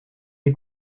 des